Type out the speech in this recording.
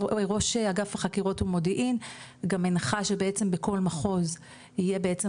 ראש אגף החקירות ומודיעין גם בעצם הנחה שבכל מחוז יהיה בעצם